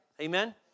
Amen